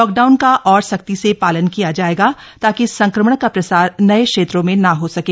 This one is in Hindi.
लॉकडाउन का और सख्ती से पालन किया जायेगा ताकि संक्रमण का प्रसार नये क्षेत्रो में न हो सके